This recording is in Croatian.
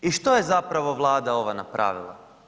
I što je zapravo Vlada ova napravila?